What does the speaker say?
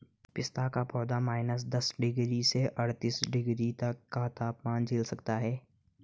पिस्ता का पौधा माइनस दस डिग्री से अड़तालीस डिग्री तक का तापमान झेल सकता है